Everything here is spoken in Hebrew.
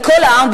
לכל העם,